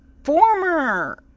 former